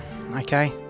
Okay